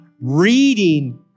reading